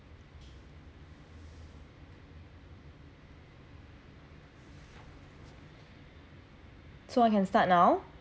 so I can start now